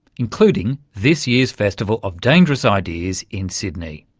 including this year's festival of dangerous ideas in sydney.